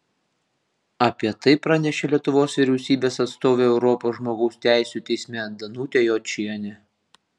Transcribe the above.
apie tai pranešė lietuvos vyriausybės atstovė europos žmogaus teisių teisme danutė jočienė